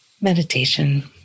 Meditation